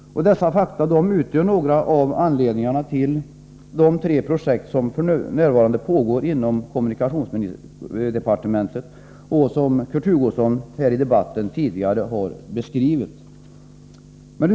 Dessa fakta utgör några av anledningarna till de tre projekt som f.n. pågår inom kommunikationsdepartementet och som Kurt Hugosson har beskrivit tidigare här i debatten.